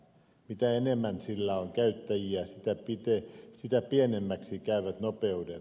mitä enemmän sillä on käyttäjiä sitä pienemmiksi käyvät nopeudet